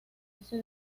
ese